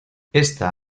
esta